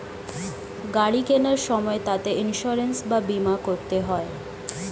গাড়ি কেনার সময় তাতে ইন্সুরেন্স বা বীমা করতে হয়